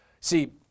see